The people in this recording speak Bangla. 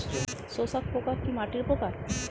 শোষক পোকা কি মাটির পোকা?